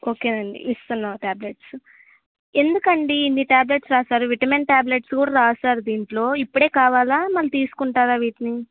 ఓకేనండి ఇస్తున్నా ట్యాబ్లెట్స్ ఎందుకండి ఇన్ని ట్యాబ్లెట్స్ రాసారు విటమిన్ టాబ్లెట్స్ కూడా రాసారు దీంట్లో ఇప్పుడే కావాలా మళ్ళీ తీసుకుంటారా వీటిని